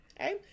okay